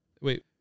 wait